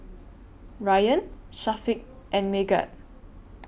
Ryan Syafiq and Megat